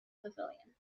pavilion